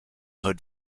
hood